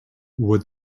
would